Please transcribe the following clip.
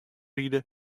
ride